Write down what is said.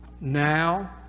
now